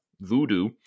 Voodoo